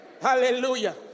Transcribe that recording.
Hallelujah